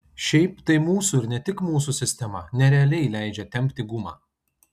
šiaip tai mūsų ir ne tik mūsų sistema nerealiai leidžia tempti gumą